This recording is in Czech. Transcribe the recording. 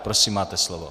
Prosím, máte slovo.